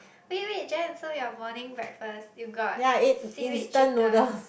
wait wait Jen so your morning breakfast you got seaweed chicken